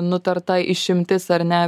nutarta išimtis ar ne